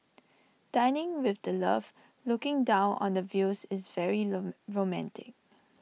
dining with the love looking down on the views is very romantic